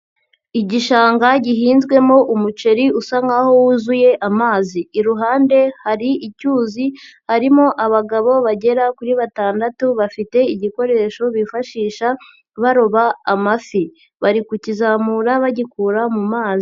Igishanga gihinzwemo umuceri usa nkaho wuzuye amazi, iruhande hari icyuzi arimo abagabo bagera kuri batandatu, bafite igikoresho bifashisha baroba amafi, bari kukizamura bagikura mu mazi.